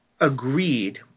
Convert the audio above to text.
agreed